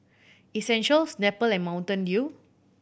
Essential Snapple and Mountain Dew